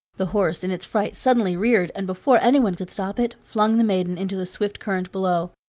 the horse in its fright suddenly reared, and before anyone could stop it flung the maiden into the swift current below.